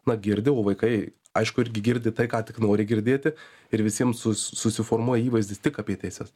na girdi o vaikai aišku irgi girdi tai ką tik nori girdėti ir visiems sus susiformuoja įvaizdis tik apie teises